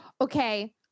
Okay